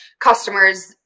customers